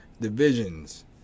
divisions